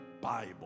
Bible